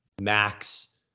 max